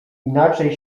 inaczej